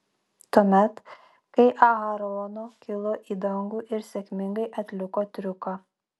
tuomet kai aarono kilo į dangų ir sėkmingai atliko triuką